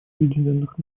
объединенных